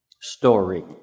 story